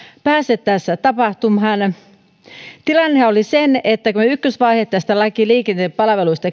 pääse tässä tapahtumaan tilannehan oli se että kun me ykkösvaiheen tästä laista liikenteen palveluista